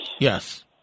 Yes